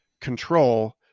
control